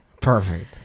perfect